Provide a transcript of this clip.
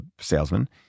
salesman